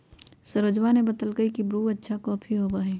सरोजवा ने बतल कई की ब्रू अच्छा कॉफी होबा हई